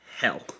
hell